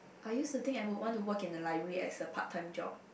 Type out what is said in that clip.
I used to think I would want to work in a library as a part time job